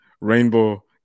rainbow